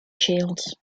shields